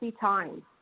times